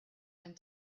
and